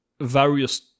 various